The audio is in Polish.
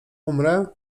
umrę